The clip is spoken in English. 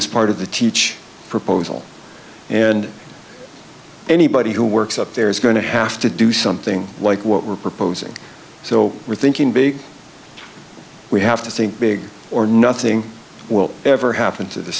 as part of the teach proposal and anybody who works up there is going to have to do something like what we're proposing so we're thinking big we have to think big or nothing will ever happen to